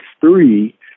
three